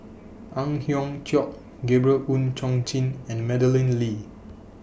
Ang Hiong Chiok Gabriel Oon Chong Jin and Madeleine Lee